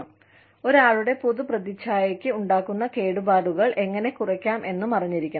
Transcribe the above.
കൂടാതെ ഒരാളുടെ പൊതു പ്രതിച്ഛായയ്ക്ക് ഉണ്ടാകുന്ന കേടുപാടുകൾ എങ്ങനെ കുറയ്ക്കാം എന്നും അറിഞ്ഞിരിക്കണം